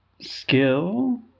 skill